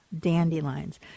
dandelions